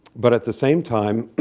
but at the same time,